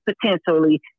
potentially